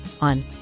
on